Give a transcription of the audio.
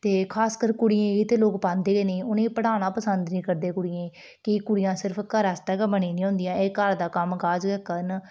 ते खासकरी कुड़ियें गी ते लोग पांदे गै नेईं ते उनेंगी पढ़ाना पसंद निं करदे कुड़ियें गी कि कुड़ियां सिर्फ घरै आस्तै गै बनी दियां होंदियां एह् घर दा कम्म काज गै करन